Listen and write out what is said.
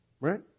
right